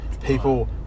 People